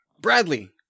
Bradley